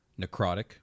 necrotic